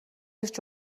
ирж